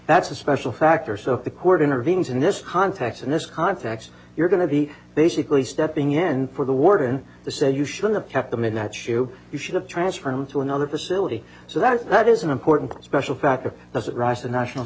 that's a special factor so if the court intervenes in this context in this context you're going to be basically stepping in for the warden the said you should have kept them in that shoe you should have transferred him to another facility so that that is an important special factor does it rise to national